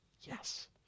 Yes